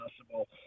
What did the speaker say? possible